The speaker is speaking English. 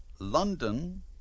London